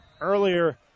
earlier